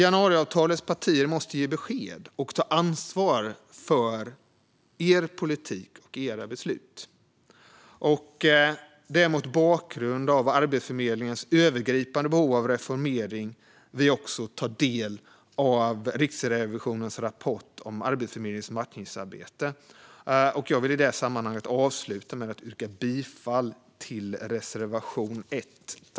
Januariavtalets partier måste ge besked och ta ansvar för sin politik och sina beslut. Det är mot bakgrund av Arbetsförmedlingens övergripande behov av reformering vi tar del av Riksrevisionens rapport om Arbetsförmedlingens matchningsarbete. Jag vill avsluta med att yrka bifall till reservation 1.